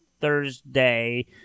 Thursday